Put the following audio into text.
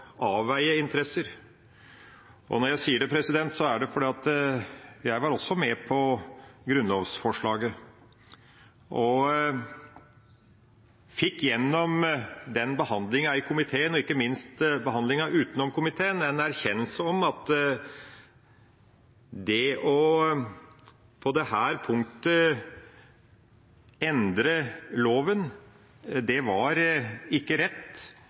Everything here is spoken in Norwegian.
avveie interesser. Når jeg sier dette, er det fordi jeg også var med på grunnlovsforslaget og fikk gjennom behandlinga i komiteen – og ikke minst behandlinga utenom komiteen – en erkjennelse av at det å endre loven på dette punktet, var ikke rett,